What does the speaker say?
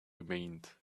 remained